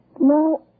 No